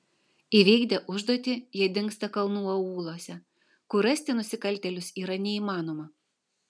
įvykdę užduotį jie dingsta kalnų aūluose kur rasti nusikaltėlius yra neįmanoma